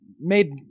made